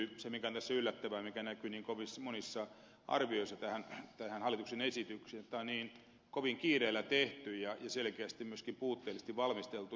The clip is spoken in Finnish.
se mikä on tässä yllättävää mikä näkyy niin kovin monissa arvioissa tästä hallituksen esityksestä on se että tämä on niin kovin kiireellä tehty ja selkeästi myöskin puutteellisesti valmisteltu